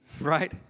right